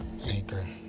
anchor